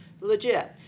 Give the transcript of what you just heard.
legit